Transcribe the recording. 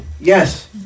Yes